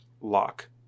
lock